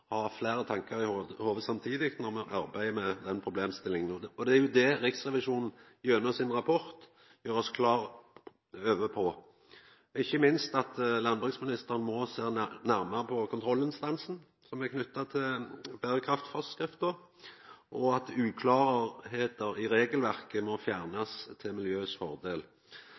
fleire tankar i hovudet samtidig når me arbeider med denne problemstillinga. Det er dette Riksrevisjonen gjer oss klar over gjennom sin rapport, ikkje minst at landbruksministeren må sjå nærmare på kontrollinstansen som er knytt til berekraftforskrifta, og at det som er uklart i regelverket, må fjernast til fordel